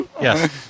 Yes